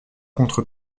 contre